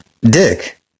Dick